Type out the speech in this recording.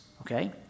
Okay